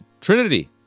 Trinity